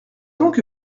donc